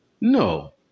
No